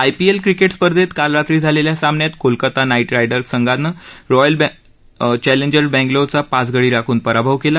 IPL cricket स्पर्धेत काल रात्री झालख्या सामन्यात कोलकाता नाईट रायडर्स संघानं रॉयल चॅलेंजर्स बंगलोरचा पाच गडी राखून पराभव कला